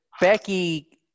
Becky